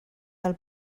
del